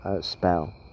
spell